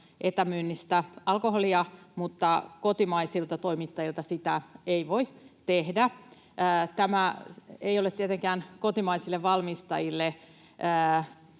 etämyynnistä alkoholia mutta kotimaisilta toimittajilta sitä ei voi tehdä. Tämä ei ole tietenkään kotimaisille valmistajille